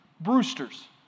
Brewster's